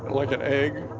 like an egg.